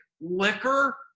liquor